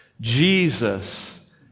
Jesus